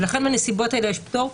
לכן בנסיבות האלה יש פטור.